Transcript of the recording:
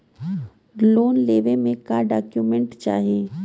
Loan लेवे मे का डॉक्यूमेंट चाही?